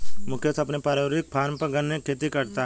मुकेश अपने पारिवारिक फॉर्म पर गन्ने की खेती करता है